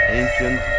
ancient